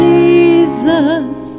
Jesus